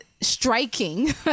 striking